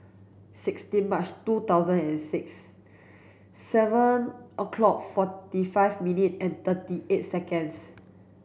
sixteen March two thousand and six seven o'clock forty five minute and thirty eight seconds